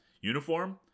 uniform